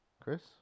Chris